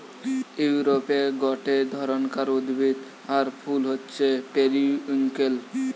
ইউরোপে গটে ধরণকার উদ্ভিদ আর ফুল হচ্ছে পেরিউইঙ্কেল